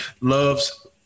loves